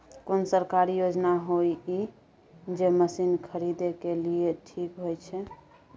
कोन सरकारी योजना होय इ जे मसीन खरीदे के लिए ठीक होय छै?